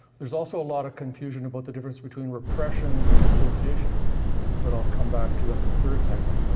there's also a lot of confusion about the difference between repression and dissociation that i'll come back to in the third segment.